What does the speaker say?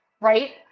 right